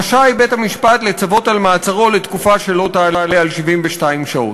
רשאי בית-המשפט לצוות על מעצרו לתקופה שלא תעלה על 72 שעות.